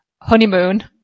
honeymoon